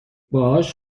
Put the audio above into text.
باهاش